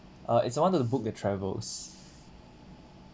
uh it's I wanted to book the travels